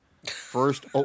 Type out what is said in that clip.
First